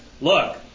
look